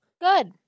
Good